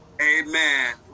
Amen